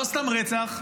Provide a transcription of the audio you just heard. לא סתם רצח,